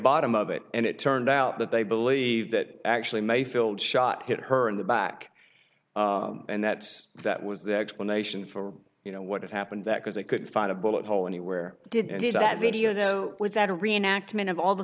bottom of it and it turned out that they believe that actually mayfield shot hit her in the back and that that was the explanation for you know what happened that because they could find a bullet hole anywhere did he say that video without a reenactment of all the